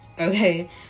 okay